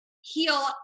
heal